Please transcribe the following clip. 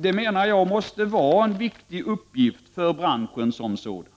Det måste vara en viktig uppgift för branschen som sådan,